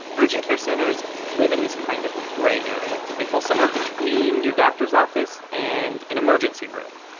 urgent care centers live in this kind of gray area. they fall somewhere between your doctor's office and an emergency room.